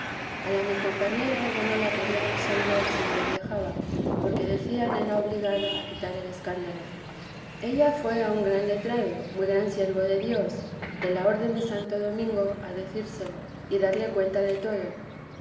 a la mi compañera ya no la querían absolver si no lo dejaba porque decían era obligada a quitar el escándalo ella fué a un gran letrado muy gran siervo de dios de la orden de santo domingo a decírselo y darle cuenta de todo